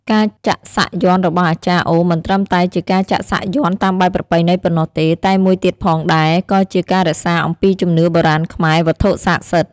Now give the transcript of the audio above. ការចាក់សាក់យ័ន្តរបស់អាចារ្យអូមិនត្រឹមតែជាការចាក់សាក់យន្តតាមបែបប្រពៃណីប៉ុណ្ណោះទេ តែមួយទៀតផងដែរ ក៏ជាការរក្សាអំពីជំនឿបុរាណខ្មែរ វត្ថុសក្តិសិទ្ធ។